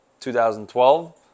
2012